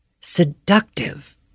seductive